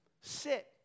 Sit